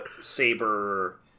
Saber